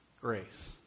grace